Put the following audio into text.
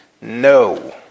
no